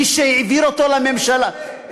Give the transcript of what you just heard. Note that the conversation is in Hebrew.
מי שהעביר אותו לממשלה,